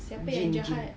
jean jean